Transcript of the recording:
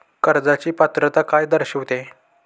कर्जाची पात्रता काय दर्शविते?